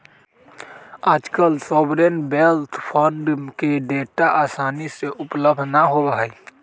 आजकल sovereign wealth fund के data आसानी से उपलब्ध ना होबा हई